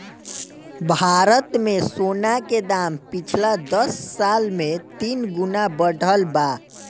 भारत मे सोना के दाम पिछला दस साल मे तीन गुना बढ़ल बा